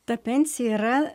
ta pensija yra